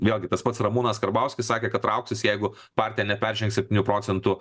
vėlgi tas pats ramūnas karbauskis sakė kad trauksis jeigu partija neperžengs septynių procentų